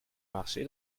marché